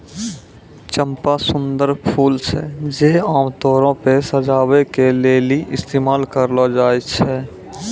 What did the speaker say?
चंपा सुंदर फूल छै जे आमतौरो पे सजाबै के लेली इस्तेमाल करलो जाय छै